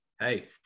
hey